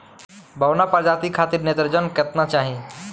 बौना प्रजाति खातिर नेत्रजन केतना चाही?